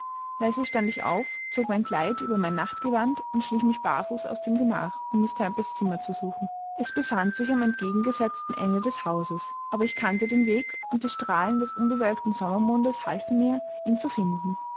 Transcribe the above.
leise stand ich auf zog mein kleid über mein nachtgewand und schlich mich barfuß aus dem gemach um miß temples zimmer zu suchen es befand sich am entgegengesetzten ende des hauses aber ich kannte den weg und die strahlen des unbewölkten sommermondes halfen mir ihn zu finden